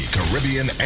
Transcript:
Caribbean